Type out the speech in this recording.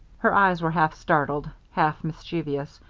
her eyes were half startled, half mischievous,